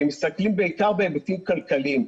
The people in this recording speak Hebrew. מסתכלים בעיקר בהיבטים כלכליים,